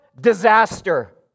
Disaster